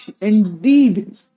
indeed